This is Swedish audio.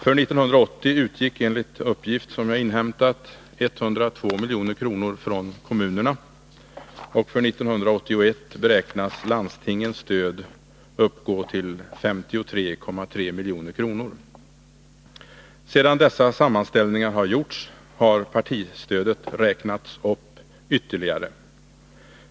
För 1980 utgick enligt uppgift som jag inhämtat 102 milj.kr. från kommunerna, och för 1981 beräknas landstingens stöd uppgå till 53,3 milj.kr. Sedan dessa sammanställningar gjorts, har partistödet räknats upp ytterligare.